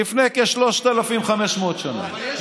לפני כ-3,500 שנה, נו, אבל יש מדינה.